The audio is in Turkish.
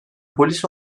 polis